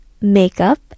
makeup